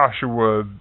Joshua